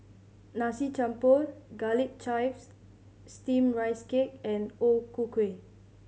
Nasi Campur Garlic Chives Steamed Rice Cake and O Ku Kueh